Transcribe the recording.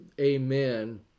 amen